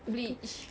bleach